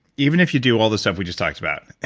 even if you do all this stuff we just talked about,